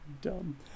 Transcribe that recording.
Dumb